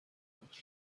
بود